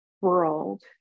world